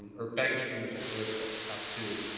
or baggage screeners at the airport have to,